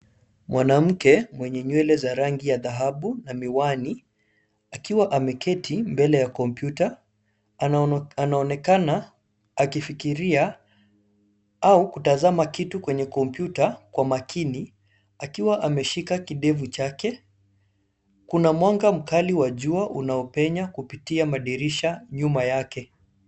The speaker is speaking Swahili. Mwanamke mwenye nywele za rangi ya dhahabu na miwani, akiwa ameketi mbele ya kompyuta . Anaonekana akifikiria au kutazama kitu kwenye kompyuta kwa makini, akiwa ameshika kidevu chake. Kuna mwanga mkali wa jua unaopenya kupitia madirisha nyuma yake.